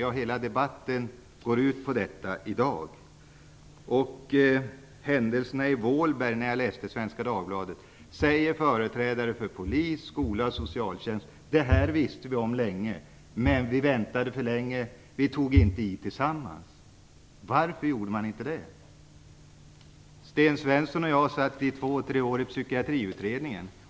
Jag läste i Svenska Dagbladet om händelserna i Vålberg. Företrädare för polisen, skolan och socialtjänsten sade att de sedan en lång tid tillbaka kände till problemen men att de väntade för länge och inte tog i tillsammans. Varför gjorde de inte det? Sten Svensson och jag satt under två tre år i Psykiatriutredningen.